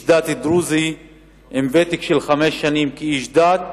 דת דרוזי עם ותק של חמש שנים של איש דת